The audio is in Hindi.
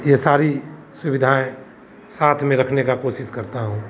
यह सारी सुविधाएँ साथ में रखने की काेशिश करता हूँ